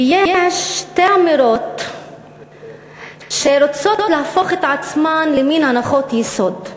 ויש שתי אמירות שרוצות להפוך את עצמן למין הנחות יסוד.